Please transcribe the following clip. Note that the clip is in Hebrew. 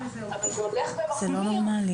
אבל זה הולך ומחמיר,